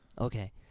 Okay